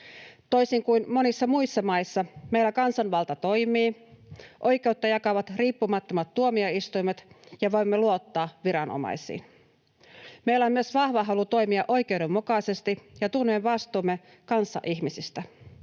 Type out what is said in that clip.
Toisin kuin monissa muissa maissa, meillä kansanvalta toimii, oikeutta jakavat riippumattomat tuomioistuimet ja voimme luottaa viranomaisiin. Meillä on myös vahva halu toimia oikeudenmukaisesti, ja tunnemme vastuumme kanssaihmisistä.